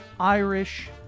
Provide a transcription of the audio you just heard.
Irish